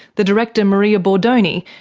the director maria bordoni,